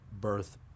birth